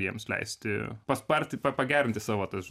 jiems leisti pasparti pa pagerinti savo tas